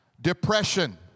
depression